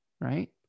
right